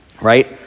Right